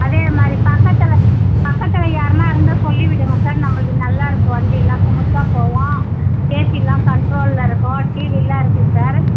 அதே மாதிரி பக்கத்தில் பக்கத்தில் யாருன்னா இருந்தா சொல்லி விடுங்கள் சார் நம்பளுது நல்லா இருக்கும் வண்டிலாம் சுமுத்தாக போவும் ஏசிலாம் கன்ட்ரோலில் இருக்கும் டிவிலாம் இருக்கு சார்